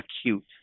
acute